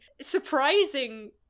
surprising